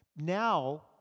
Now